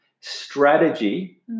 strategy